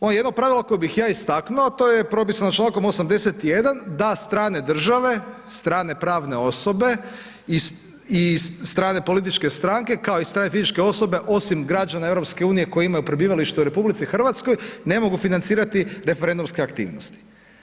Ono jedno pravilo koje bih ja istaknuo, to je propisano čl. 81. da strane države, strane pravne osobe i strane političke stranke, kao i strane fizičke osobe, osim građana EU koje imaju prebivalište u RH, ne mogu financirati referendumske aktivnosti.